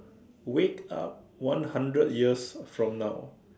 wake up one hundred years from now